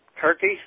Turkey